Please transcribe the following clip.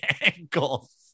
ankles